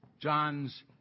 John's